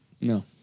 No